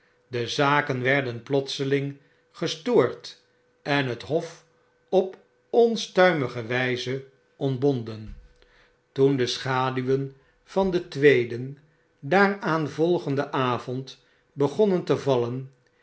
de zaken werden plotseling gestoord en het hof op onstuiraige wyze ontbonden toen de schaduwen van den tweeden daaraan volgenden avond begonnen te vallen